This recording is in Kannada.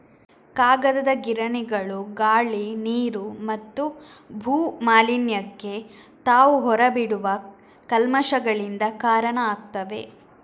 ಕಾಗದದ ಗಿರಣಿಗಳು ಗಾಳಿ, ನೀರು ಮತ್ತು ಭೂ ಮಾಲಿನ್ಯಕ್ಕೆ ತಾವು ಹೊರ ಬಿಡುವ ಕಲ್ಮಶಗಳಿಂದ ಕಾರಣ ಆಗ್ತವೆ